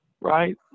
right